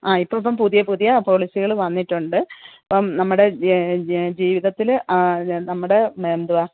ആ ഇപ്പം ഇപ്പം പുതിയ പുതിയ പോളിസികൾ വന്നിട്ടുണ്ട് ഇപ്പം നമ്മുടെ ജീവിതത്തിൽ നമ്മുടെ എന്തുവാണ്